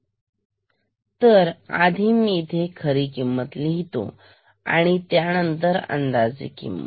मी आधी इथे खरी किंमत लिहितो आणि त्यानंतर अंदाजे किंमत